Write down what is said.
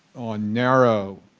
on narrow